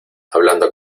hablando